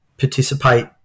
participate